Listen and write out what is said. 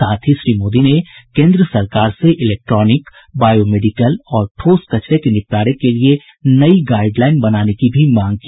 साथ ही श्री मोदी ने केंद्र सरकार से इलेक्ट्रॉनिक बायोमेडिकल और ठोस कचरे के निपटारे के लिये गाईडलाइन बनाने की भी मांग की